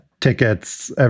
Tickets